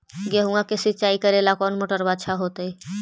गेहुआ के सिंचाई करेला कौन मोटरबा अच्छा होतई?